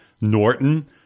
Norton